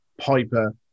Piper